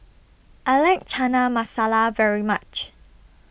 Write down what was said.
I like Chana Masala very much